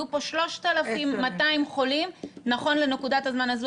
יהיו פה 3,200 חולים נכון לנקודת הזמן הזו,